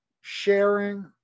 sharing